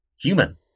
human